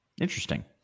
interesting